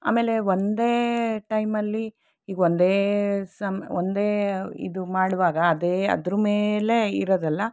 ಆಮೇಲೆ ಒಂದೇ ಟೈಮ್ ಅಲ್ಲಿ ಈಗ ಒಂದೇ ಸಮ ಒಂದೇ ಇದು ಮಾಡುವಾಗ ಅದೇ ಅದರ ಮೇಲೆ ಇರೋದಲ್ಲ